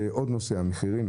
זה עוד נושא, המחירים.